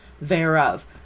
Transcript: thereof